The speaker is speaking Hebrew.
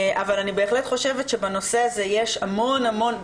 אני בהחלט חושבת שבנושא הזה יש המון המון,